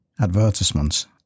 advertisements